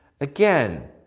again